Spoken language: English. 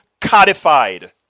codified